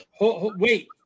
Wait